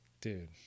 dude